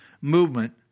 movement